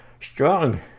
strong